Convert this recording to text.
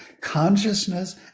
consciousness